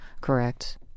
Correct